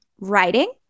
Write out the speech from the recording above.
writing